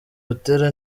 butera